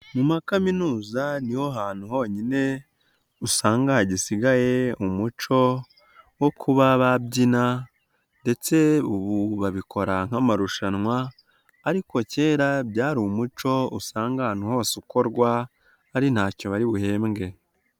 Mu makaminuza ni ho hantu honyine usanga hagisigaye umuco wo kuba babyina ndetse ubu babikora nk'amarushanwa ariko kera byari umuco usanga ahantu hose ukorwa ari ntacyo bari buhembwe.